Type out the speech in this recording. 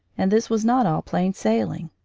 and this was not all plain sailing.